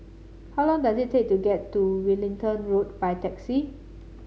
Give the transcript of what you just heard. how long does it take to get to Wellington Road by taxi